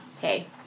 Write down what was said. hey